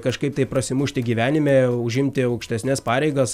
kažkaip tai prasimušti gyvenime užimti aukštesnes pareigas